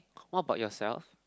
what about yourself